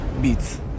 beats